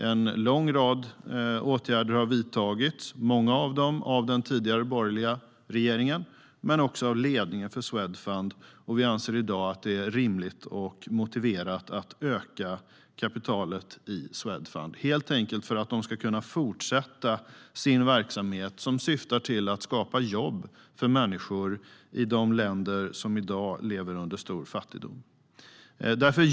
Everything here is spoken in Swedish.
En lång rad åtgärder har vidtagits, många av dem av den tidigare borgerliga regeringen men också av ledningen för Swedfund. Vi anser i dag att det är rimligt och motiverat att öka kapitalet i Swedfund, helt enkelt för att de ska kunna fortsätta sin verksamhet som syftar till att skapa jobb för människor i de länder som i dag lever under stor fattigdom.